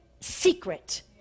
secret